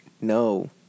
no